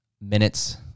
minutes